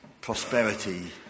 prosperity